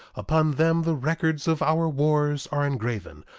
upon them the records of our wars are engraven,